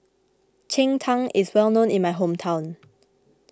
Cheng Tng is well known in my hometown